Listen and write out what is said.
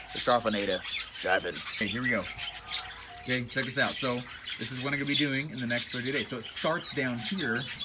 the charfenator charfen, okay here we go, okay check this out so this is what i'm gonna be doing in the next thirty days so it starts down here,